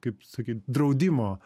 kaip sakyt draudimo